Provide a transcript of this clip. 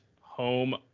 home